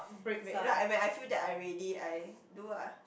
wait like when I feel that I'm ready I do ah